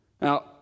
Now